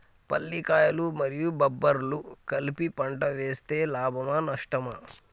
పల్లికాయలు మరియు బబ్బర్లు కలిపి పంట వేస్తే లాభమా? నష్టమా?